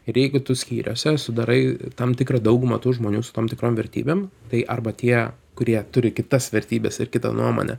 ir jeigu skyriuose sudarai tam tikrą daugumą tų žmonių su tom tikrom vertybėm tai arba tie kurie turi kitas vertybes ir kitą nuomonę